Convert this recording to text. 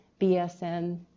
BSN